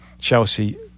Chelsea